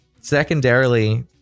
Secondarily